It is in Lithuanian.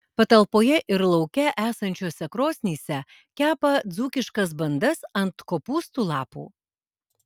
patalpoje ir lauke esančiose krosnyse kepa dzūkiškas bandas ant kopūstų lapų